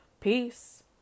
Peace